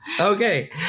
Okay